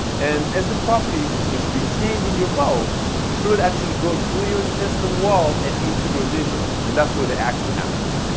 and as the coffee is retained in your bowel the fluid actually goes through your intestine wall and into your liver. and that's where the action happens.